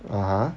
(uh huh)